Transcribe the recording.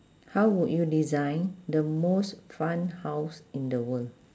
how would you design the most fun house in the world